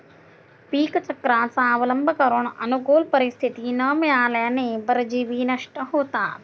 पीकचक्राचा अवलंब करून अनुकूल परिस्थिती न मिळाल्याने परजीवी नष्ट होतात